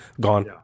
gone